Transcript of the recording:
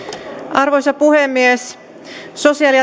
arvoisa puhemies sosiaali